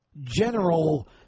general